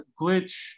glitch